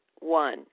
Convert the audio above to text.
One